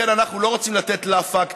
לכן אנחנו לא רוצים לתת לה פקטור.